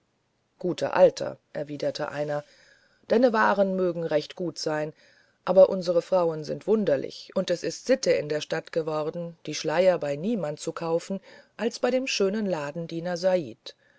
guter alter erwiderte einer deine waren mögen recht gut sein aber unsere frauen sind wunderlich und es ist sitte in der stadt geworden die schleier bei niemand zu kaufen als bei dem schönen ladendiener said